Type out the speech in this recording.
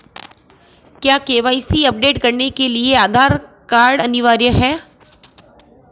क्या KYC update करने के लिए आधार कार्ड अनिवार्य है?